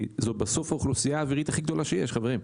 כי זו בסוף האוכלוסייה האווירית הכי גדולה שיש חברים,